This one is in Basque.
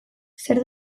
zer